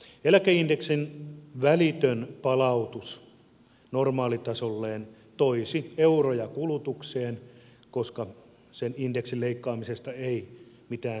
eläkeindeksin välitön palautus normaalitasolleen toisi euroja kulutukseen koska sen indeksileikkaamisesta ei mitään säästöjä ole